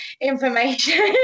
information